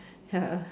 ya